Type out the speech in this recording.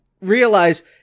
realize